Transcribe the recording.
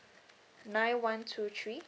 nine one two three